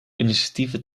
initiatieven